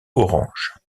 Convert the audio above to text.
orange